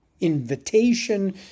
invitation